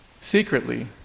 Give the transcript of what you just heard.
Secretly